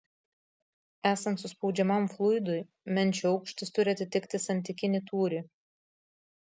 esant suspaudžiamam fluidui menčių aukštis turi atitikti santykinį tūrį